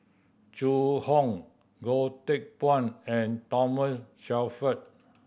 Zhu Hong Goh Teck Phuan and Thomas Shelford